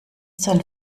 sein